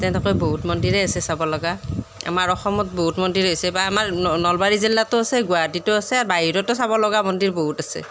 তেনেকৈ বহুত মন্দিৰেই আছে চাবলগা আমাৰ অসমত বহুত মন্দিৰ হৈছে বা আমাৰ ন নলবাৰী জিলাতো আছে গুৱাহাটীতো আছে বাহিৰতো চাবলগা মন্দিৰ বহুত আছে